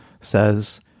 says